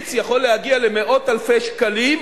התמריץ יכול להגיע למאות אלפי שקלים,